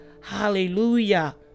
hallelujah